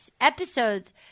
episodes